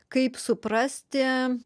kaip suprasti